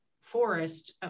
forest